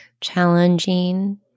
challenging